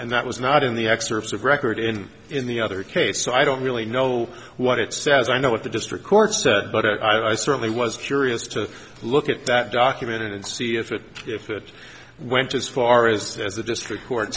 and that was not in the excerpts of record and in the other case so i don't really know what it says i know what the district court said but i certainly was curious to look at that document and see if it if it went as far as the district co